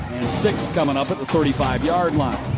six coming up at the thirty five yard line.